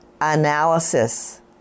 Analysis